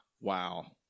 Wow